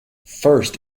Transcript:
first